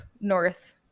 north